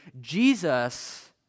Jesus